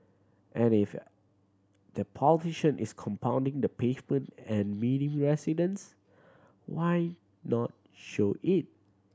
and if the politician is compounding the pavement and meeting residents why not show it